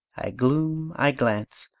i gloom, i glance,